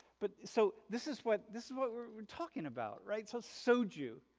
but so this is what this is, what we're talking about, right, so soju